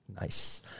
Nice